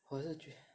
我是觉